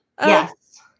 Yes